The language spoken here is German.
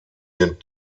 den